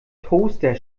toaster